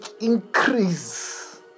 increase